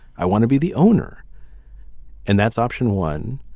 i want to be the owner and that's option one.